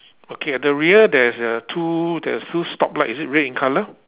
okay at the rear there's a two spotlight is it red in colour